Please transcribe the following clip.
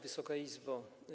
Wysoka Izbo!